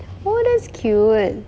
oh that's cute